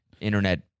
Internet